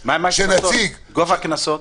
מה עם גובה הקנסות?